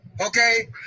Okay